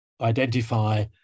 identify